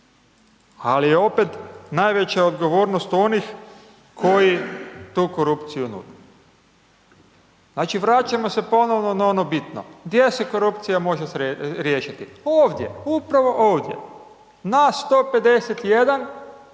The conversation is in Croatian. ali je opet najveća odgovornost onih koji tu korupciju nude. Znači, vraćamo se ponovo na ono bitno, gdje se korupcija može riješiti? Ovdje, upravo ovdje, nas 151